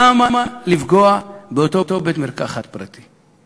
למה לפגוע באותו בית-מרקחת פרטי?